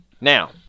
Now